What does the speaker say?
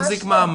אז יחזיק מעמד.